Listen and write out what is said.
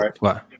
right